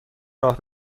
راه